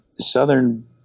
southern